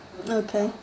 okay